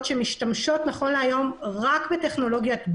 שמשתמשות היום רק בטכנולוגיית בלוטות'.